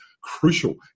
crucial